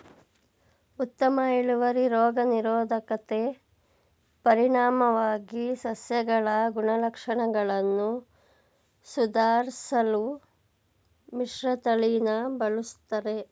ಉತ್ತಮ ಇಳುವರಿ ರೋಗ ನಿರೋಧಕತೆ ಪರಿಣಾಮವಾಗಿ ಸಸ್ಯಗಳ ಗುಣಲಕ್ಷಣಗಳನ್ನು ಸುಧಾರ್ಸಲು ಮಿಶ್ರತಳಿನ ಬಳುಸ್ತರೆ